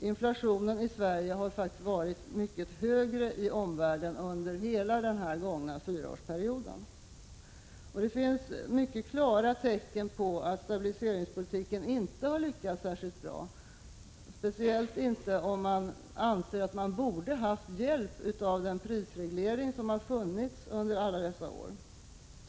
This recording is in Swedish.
Inflationen i Sverige har faktiskt varit mycket högre än i omvärlden under hela den gångna fyraårsperioden, och det finns mycket klara tecken på att stabiliseringspolitiken inte har lyckats särskilt bra, speciellt inte om man anser att man borde haft hjälp av den prisreglering som funnits under alla dessa år.